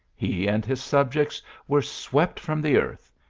he and his subjects were swept from the earth,